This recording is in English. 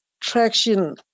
traction